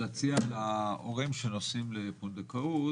להציע להורים שנוסעים לפונדקאות,